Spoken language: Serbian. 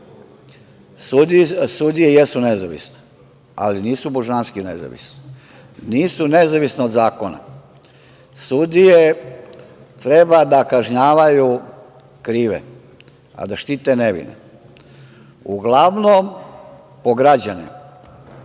sudije jesu nezavisne, ali nisu božansko nezavisne, nisu nezavisne od zakona. Sudije treba da kažnjavaju krive, a da štite nevine. Uglavnom, po građane